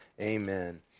amen